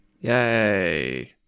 yay